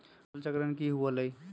फसल चक्रण की हुआ लाई?